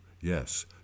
Yes